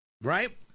right